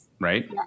Right